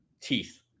Teeth